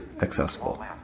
accessible